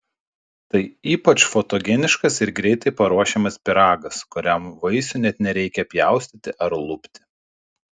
tai ypač fotogeniškas ir greitai paruošiamas pyragas kuriam vaisių net nereikia pjaustyti ar lupti